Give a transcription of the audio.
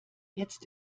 jetzt